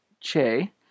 Che